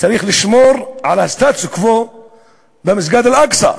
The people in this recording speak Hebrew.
צריך לשמור על הסטטוס קוו במסגד אל-אקצא,